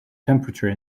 temperature